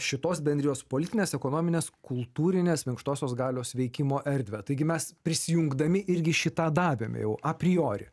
šitos bendrijos politines ekonomines kultūrines minkštosios galios veikimo erdvę taigi mes prisijungdami irgi šį tą davėme jau a priori